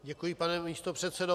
Děkuji, pane místopředsedo.